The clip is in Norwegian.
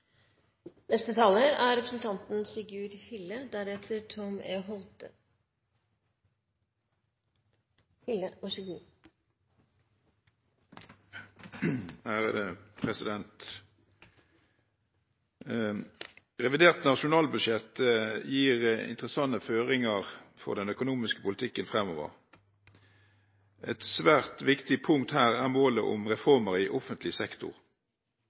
Revidert nasjonalbudsjett gir interessante føringer for den økonomiske politikken fremover. Et svært viktig punkt her er målet om reformer i offentlig sektor.